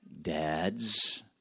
Dads